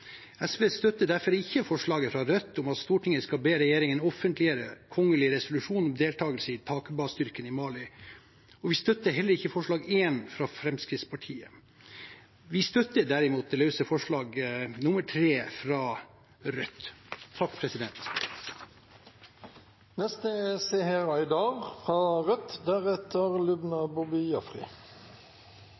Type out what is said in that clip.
SV støtter derfor ikke forslaget fra Rødt om at Stortinget skal be regjeringen offentliggjøre kongelig resolusjon om deltakelse i Takuba-styrken i Mali. Vi støtter heller ikke forslag nr. 1, fra Fremskrittspartiet. Vi støtter derimot det løse forslaget fra Rødt, forslag